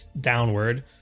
downward